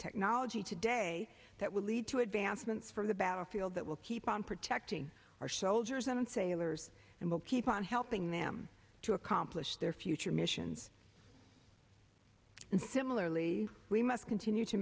technology today that will lead to advancements from the battlefield that will keep on protecting our soldiers and sailors and will keep on helping them to accomplish their future missions and similarly we must continue to